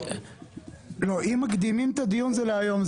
אם מקדימים את הדיון זה להיום,